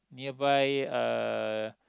nearby uh